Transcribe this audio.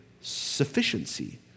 sufficiency